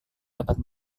dapat